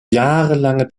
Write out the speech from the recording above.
jahrelange